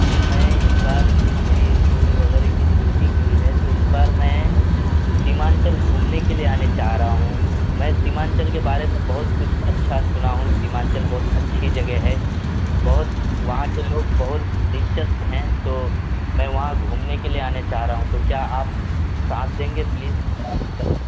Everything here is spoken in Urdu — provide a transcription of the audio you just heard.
جی میں اس بار میری اسکول وغیرہ کی چھٹی ہوئی ہے تو اس بار میں سیمانچل گھومنے کے لیے آنا چاہ رہا ہوں میں سیمانچل کے بارے میں بہت کچھ اچھا سنا ہوں سیمانچل بہت اچھی جگہ ہے بہت وہاں کے لوگ بہت دلچسپ ہیں تو میں وہاں گھومنے کے لیے آنا چاہ رہا ہوں تو کیا آپ ساتھ دیں گے پلیز